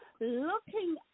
looking